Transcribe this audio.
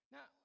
Now